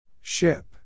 Ship